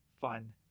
fun